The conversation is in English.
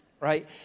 right